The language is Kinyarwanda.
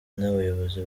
n’abayobozi